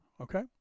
okay